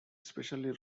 especially